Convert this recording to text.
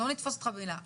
לא נתפוס אותך במילה,